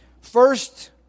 First